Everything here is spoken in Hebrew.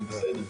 זה בסדר.